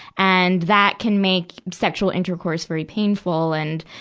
and that can make sexual intercourse very painful. and,